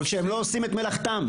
שהם לא עושים את מלאכתם.